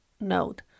note